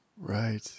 Right